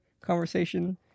conversation